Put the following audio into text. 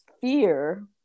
fear